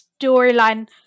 storyline